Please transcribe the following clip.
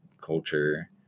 culture